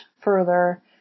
further